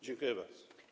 Dziękuję bardzo.